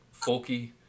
folky